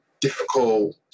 difficult